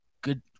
good